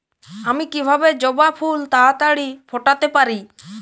আমি কিভাবে জবা ফুল তাড়াতাড়ি ফোটাতে পারি?